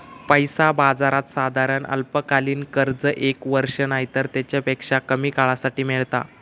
पैसा बाजारात साधारण अल्पकालीन कर्ज एक वर्ष नायतर तेच्यापेक्षा कमी काळासाठी मेळता